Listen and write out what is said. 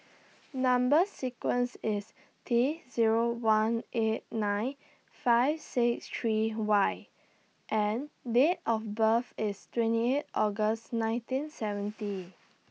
Number sequence IS T Zero one eight nine five six three Y and Date of birth IS twenty eight August nineteen seventy